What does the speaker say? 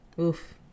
Oof